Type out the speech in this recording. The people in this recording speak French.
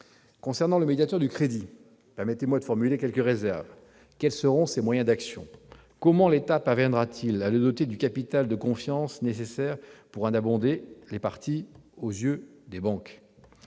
Concernant le médiateur du crédit, permettez-moi de formuler quelques réserves. Quels seront ses moyens d'action ? Comment l'État parviendra-t-il à le doter du capital de confiance nécessaire, dont il aura pour mission d'abonder les partis aux yeux des banques ?